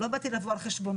לא באתי לבוא על חשבונו.